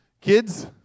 Kids